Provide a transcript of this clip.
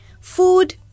food